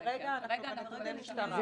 כרגע אנחנו בנתוני משטרה.